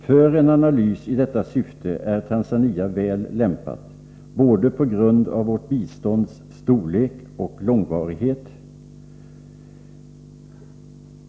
För en analys i detta syfte är Tanzania väl lämpat, både på grund av vårt bistånds storlek och på grund av dess långvarighet.